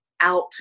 out